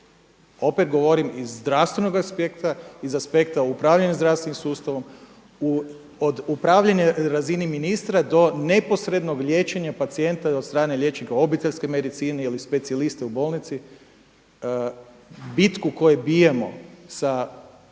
Opet govorim iz zdravstvenoga aspekta, iz aspekta upravljanja zdravstvenim sustavom od upravljanja na razini ministra do neposrednog liječenja pacijenta od strane liječnika obiteljske medicine ili specijalista u bolnici bitku koju bijemo sa pušenjem